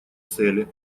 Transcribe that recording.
цели